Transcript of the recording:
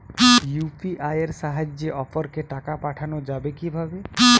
UPI এর সাহায্যে অপরকে টাকা পাঠানো যাবে কিভাবে?